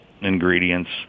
ingredients